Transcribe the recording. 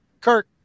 Kirk